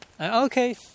Okay